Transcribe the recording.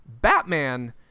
Batman